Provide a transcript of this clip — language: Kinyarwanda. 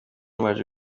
baje